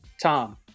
Tom